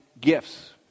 gifts